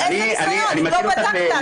על איזה ניסיון אם לא בדקת?